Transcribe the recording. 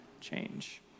change